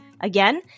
Again